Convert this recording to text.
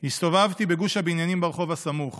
הסתובבתי בגוש הבניינים ברחוב הסמוך